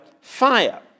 fire